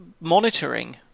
monitoring